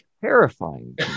terrifying